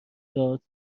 داد